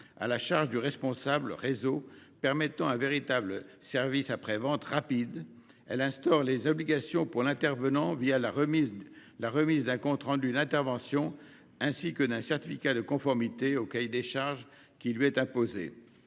à la charge du responsable du réseau, ce qui permettra d'assurer un service après-vente rapide. Elle instaure des obligations pour l'intervenant, qui devra fournir un compte rendu d'intervention, ainsi qu'un certificat de conformité au cahier des charges qui lui est imposé.